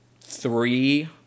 three